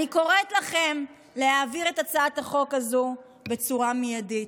אני קוראת לכם להעביר את הצעת החוק הזו בצורה מיידית.